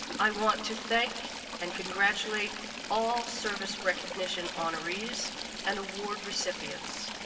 i want to thank and congratulate all service recognition honorees and award recipients.